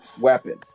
weapon